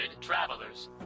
travelers